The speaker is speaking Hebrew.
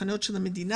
בתחנות של המדינה,